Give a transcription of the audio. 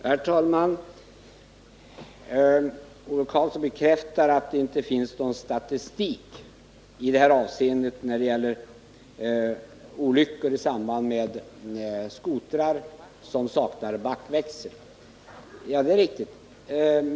Herr talman! Ove Karlsson bekräftar att det inte finns någon statistik när det gäller olyckor i samband med skotrar som saknar backväxel. Det är riktigt.